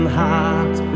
heart